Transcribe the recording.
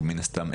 ומן הסתם,